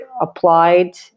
applied